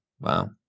wow